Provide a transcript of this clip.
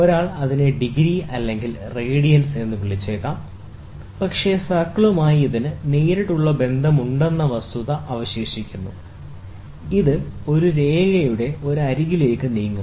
ഒരാൾ അതിനെ ഡിഗ്രി അല്ലെങ്കിൽ റേഡിയൻസ് എന്ന് വിളിച്ചേക്കാം പക്ഷേ സർക്കിളുമായി ഇതിന് നേരിട്ടുള്ള ബന്ധമുണ്ടെന്ന വസ്തുത അവശേഷിക്കുന്നു ഇത് ഒരു രേഖയുടെ ഒരു അരികിലേക്ക് നീങ്ങുന്നു